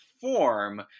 form